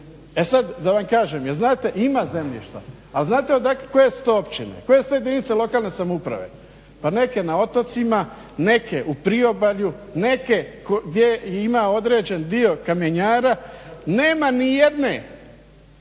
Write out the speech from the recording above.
E sad da vam kažem, jel znate ima zemljišta. A znate koje su to općine, koje su te jedinice lokalne samouprave? Pa neke na otocima, neke u priobalju, neke gdje ima određen dio kamenjara. Nema ni jedne